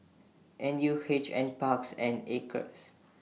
N U H NParks and Acres